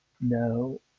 No